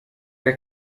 der